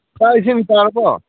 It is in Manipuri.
ꯆꯥꯛ ꯏꯁꯤꯡ ꯆꯥꯔꯕꯣ